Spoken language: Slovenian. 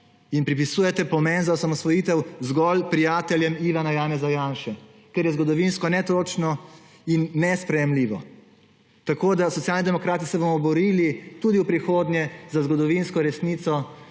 in pripisujete pomen za osamosvojitev zgolj prijateljem Ivana Janeza Janše, kar je zgodovinsko netočno in nesprejemljivo. Socialni demokrati se bomo borili tudi v prihodnje za zgodovinsko resnico,